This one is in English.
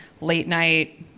late-night